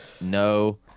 no